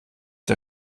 der